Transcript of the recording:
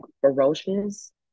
ferocious